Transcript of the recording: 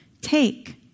take